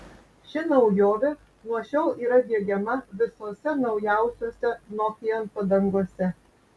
ši naujovė nuo šiol yra diegiama visose naujausiose nokian padangose